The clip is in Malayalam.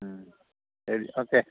ഉം ശരി ഓക്കെ